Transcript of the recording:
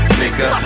nigga